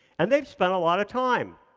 and they've spent a lot of time,